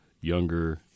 younger